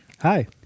Hi